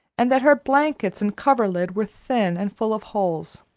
and that her blankets and coverlid were thin and full of holes.